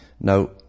Now